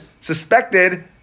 suspected